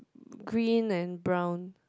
green and brown